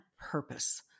purpose